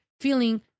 feeling